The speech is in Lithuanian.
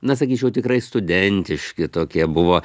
na sakyčiau tikrai studentiški tokie buvo